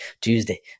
Tuesday